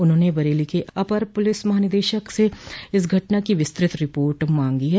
उन्होंने बरेली के अपर पुलिस महानिदेशक से घटना की विस्तृत रिपोर्ट मांगी है